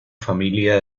familia